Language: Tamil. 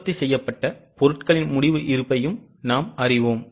உற்பத்தி செய்யப்பட்ட பொருட்களின் முடிவு இருப்பையும் நாம் அறிவோம்